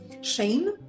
shame